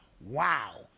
wow